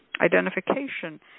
identification